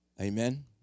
Amen